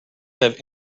have